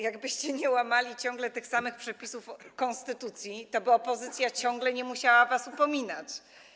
Jakbyście nie łamali ciągle tych samych przepisów konstytucji, toby opozycja ciągle nie musiała was upominać.